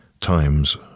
times